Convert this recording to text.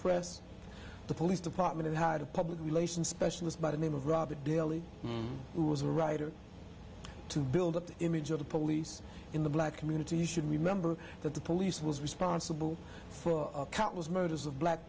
press the police department had a public relations specialist by the name of robert daly who was a writer to build up the image of the police in the black community should remember that the police was responsible for it was murders of black